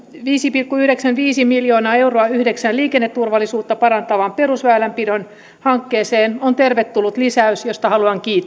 viisi pilkku yhdeksänkymmentäviisi miljoonaa euroa yhdeksään liikenneturvallisuutta parantavaan perusväylänpidon hankkeeseen on tervetullut lisäys josta haluan kiittää